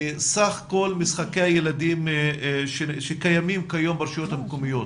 מסך כל משחקי הילדים שקיימים כיום ברשויות המקומיות,